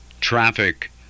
traffic